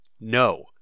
No